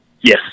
Yes